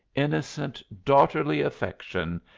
innocent, daughterly affection,